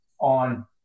on